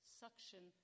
suction